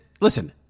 listen